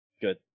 Good